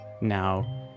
Now